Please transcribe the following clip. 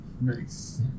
Nice